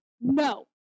No